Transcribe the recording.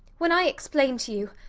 when i explain to you,